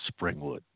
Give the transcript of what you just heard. Springwood